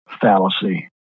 fallacy